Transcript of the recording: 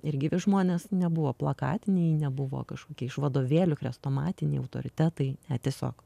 ir gyvi žmonės nebuvo plakatiniai nebuvo kažkokie iš vadovėlių chrestomatiniai autoritetai tiesiog